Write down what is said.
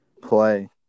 play